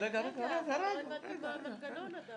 רגע, לא הבנתי מה המנגנון.